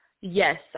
Yes